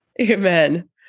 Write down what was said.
Amen